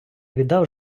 віддав